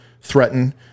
threaten